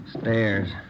Stairs